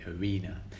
arena